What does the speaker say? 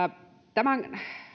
tämän